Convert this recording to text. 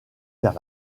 vers